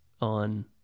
on